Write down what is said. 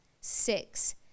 Six